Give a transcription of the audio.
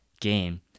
game